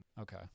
Okay